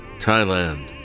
Thailand